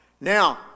Now